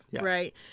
Right